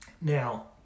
Now